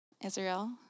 Israel